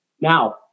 Now